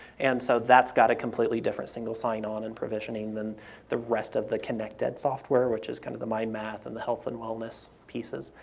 and so that's got a completely different single sign on and provisioning than the rest of the connect-ed software, which is kind of the my math and the health and wellness pieces.